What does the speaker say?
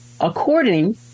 according